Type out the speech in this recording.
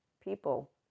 people